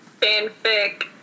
fanfic